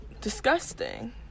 disgusting